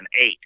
eight